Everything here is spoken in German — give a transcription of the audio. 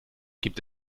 gibt